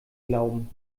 glauben